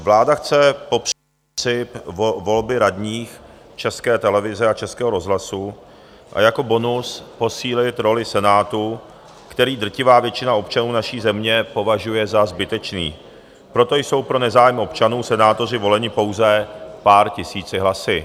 Vláda chce pro princip volby radních České televize a Českého rozhlasu jako bonus posílit roli Senátu, který drtivá většina občanů naší země považuje za zbytečný, proto jsou pro nezájem občanů senátoři voleni pouze pár tisíci hlasy.